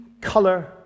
color